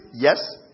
Yes